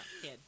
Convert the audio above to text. kid